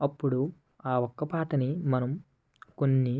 అప్పుడు ఆ ఒక్క పాటని మనం కొన్ని